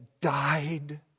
died